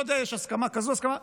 לא יודע, יש הסכמה כזאת, הסכמה אחרת.